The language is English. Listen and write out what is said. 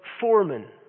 foreman